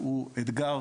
הוא אתגר